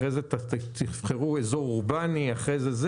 אחרי זה תבחרו אזור אורבני וכן הלאה.